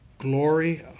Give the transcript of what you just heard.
glory